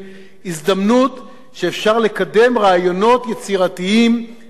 שמאפשרת לקדם רעיונות יצירתיים משפטיים חדשים.